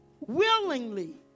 willingly